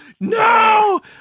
no